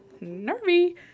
Nervy